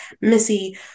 Missy